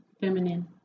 feminine